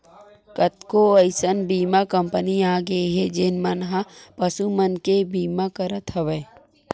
कतको अइसन बीमा कंपनी आगे हे जेन मन ह पसु मन के बीमा करत हवय